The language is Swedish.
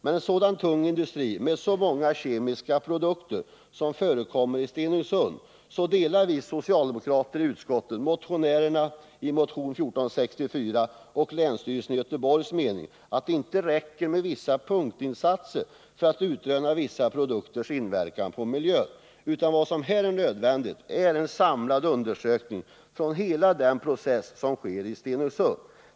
Men när det gäller en så tung industri med så många kemiska produkter som i Stenungsund delar vi socialdemokrater i utskottet motionärernas och länsstyrelsens i Göteborg mening att det inte räcker med vissa punktinsatser för att utröna vissa produkters inverkan på miljön. Vad som här är nödvändigt är en samlad undersökning av hela den process som sker i Stenungsund.